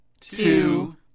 two